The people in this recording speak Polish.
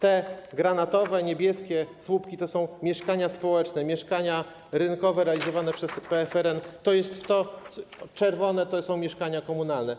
Te granatowe, niebieskie słupki to są mieszkania społeczne, mieszkania rynkowe realizowane przez PFRN, te czerwone to są mieszkania komunalne.